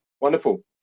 Wonderful